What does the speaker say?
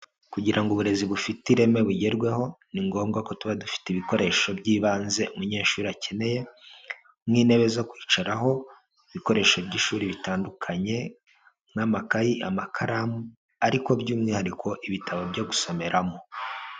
Kugira ngo uburezi bufite ireme bugerweho, ni ngombwa ko tuba dufite ibikoresho by'ibanze umunyeshuri akeneye, nk'intebe zo kwicaraho, ibikoresho by'ishuri bitandukanye, nk'amakaye, amakaramu ariko by'umwihariko ibitabo byo gusomeramo.